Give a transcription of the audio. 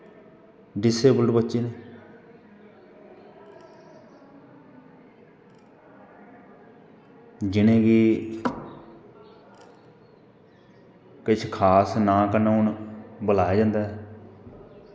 disabled बच्चे न जिनेंगी किश खास नांऽ कन्नै हून बुलाया जंदा ऐ